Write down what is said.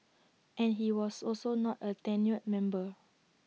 and he was also not A tenured member